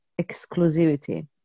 exclusivity